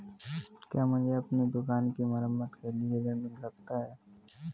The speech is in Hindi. क्या मुझे अपनी दुकान की मरम्मत के लिए ऋण मिल सकता है?